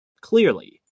Clearly